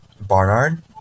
Barnard